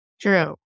True